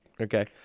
Okay